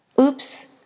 Oops